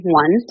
one